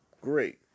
Great